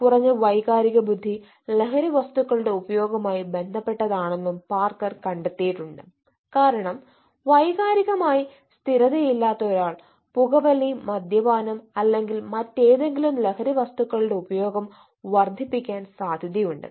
കുറഞ്ഞ വൈകാരിക ബുദ്ധി ലഹരി വസ്തുക്കളുടെ ഉപയോഗമായി ബന്ധപ്പെട്ടതാണെന്നും പാർക്കർ കണ്ടെത്തിയിട്ടുണ്ട് കാരണം വൈകാരികമായി സ്ഥിരതയില്ലാത്ത ഒരാൾ പുകവലി മദ്യപാനം അല്ലെങ്കിൽ മറ്റേതെങ്കിലും ലഹരി വസ്തുക്കളുടെ ഉപയോഗം വർദ്ധിപ്പിക്കാൻ സാധ്യതയുണ്ട്